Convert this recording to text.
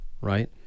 right